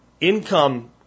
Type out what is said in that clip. income